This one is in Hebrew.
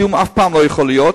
תיאום אף פעם לא יכול להיות,